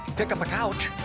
pick up a couch.